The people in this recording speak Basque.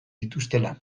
dituztela